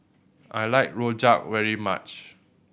I like Rojak very much